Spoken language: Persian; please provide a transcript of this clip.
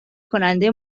کننده